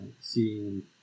seeing